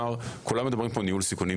כולם מדברים פה על ניהול סיכונים.